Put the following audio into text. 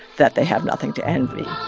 that they have nothing to envy